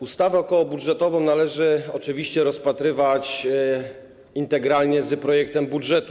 Ustawę okołobudżetową należy oczywiście rozpatrywać integralnie z projektem budżetu.